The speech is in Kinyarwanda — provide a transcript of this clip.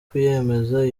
kwiyemeza